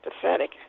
Pathetic